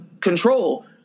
control